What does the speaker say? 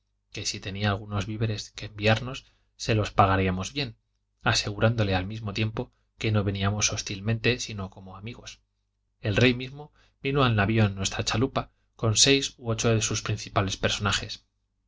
que si tenía algunos víveres que enviarnos se los pagaríamos bien asegurándole al mismo tiempo que no veníamos hostilmente sino como amigos el rey mismo vino al navio en nuestra chalupa con seis u ocho de sus principales personajes